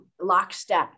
lockstep